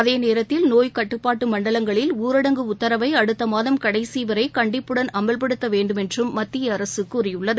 அதே நேரத்தில் நோய் கட்டுப்பாட்டு மண்டலங்களில் ஊரடங்கு உத்தரவை அடுத்த மாதம் கடைசிவரை கண்டிப்புடன் அமல்படுத்த வேண்டுமென்றும் மத்திய அரசு கூறியுள்ளது